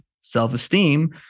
self-esteem